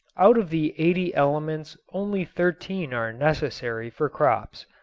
out of the eighty elements only thirteen are necessary for crops.